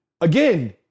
again